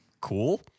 Cool